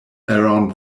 around